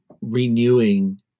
renewing